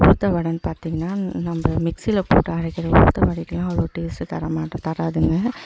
உளுத்தம் வடைனு பார்த்தீங்கனா நம்ம மிக்ஸியில் போட்டு அரைக்கிற உளுத்தம் வடைக்குலாம் அவ்வளோ டேஸ்ட்டு தர தராதுங்க